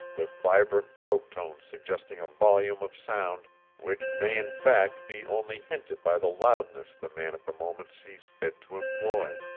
with vibrant throat tones suggesting a volume of sound which may in fact be only hinted by the loudness the man at the moment sees fit to employ.